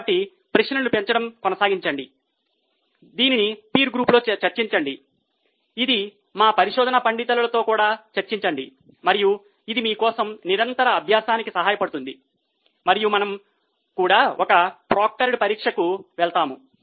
కాబట్టి ప్రశ్నలను పెంచడం కొనసాగించండి దీనిని పీర్ గ్రూపులో చర్చించండి ఇది మా పరిశోధనా పండితులతో కూడా చర్చించండి మరియు ఇది మీ కోసం నిరంతర అభ్యాసానికి సహాయపడుతుంది మరియు మనము కూడా ఒక ప్రోక్టర్డ్ పరీక్షకు వెళ్తాము